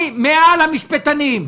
אני מעל המשפטנים.